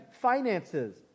finances